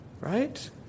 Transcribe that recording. Right